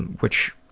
which